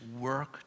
work